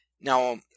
Now